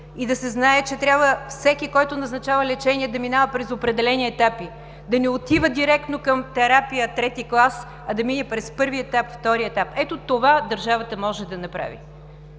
и да се знае, че трябва всеки, който назначава лечение, да минава през определени етапи. Да не отива директно към терапия трети клас, а да мине през първия етап, втория етап. Ето това държавата може да направи.